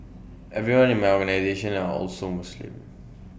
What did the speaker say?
everyone in my organisation are all so Muslim